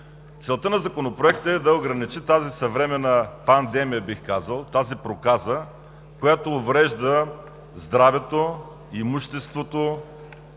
Целта на Законопроекта е да ограничи тази съвременна пандемия, бих казал, тази проказа, която уврежда здравето, имуществото,